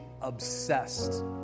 obsessed